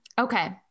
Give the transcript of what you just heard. Okay